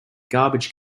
garbage